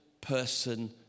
person